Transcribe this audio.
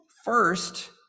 First